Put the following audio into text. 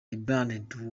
rebranded